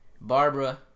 Barbara